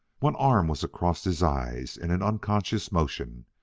one arm was across his eyes in an unconscious motion.